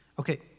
Okay